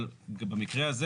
אבל במקרה הזה,